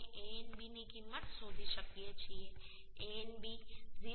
તેથી હવે આપણે Anb ની કિંમત શોધી શકીએ છીએ Anb 0